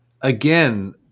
again